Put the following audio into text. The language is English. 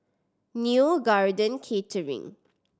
Neo Garden Catering